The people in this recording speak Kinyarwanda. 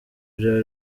bya